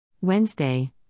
Wednesday